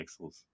pixels